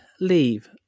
leave